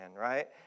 right